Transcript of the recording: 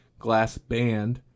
glassband